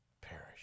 perish